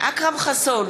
אכרם חסון,